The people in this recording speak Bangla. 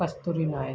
কস্তুরী নায়েক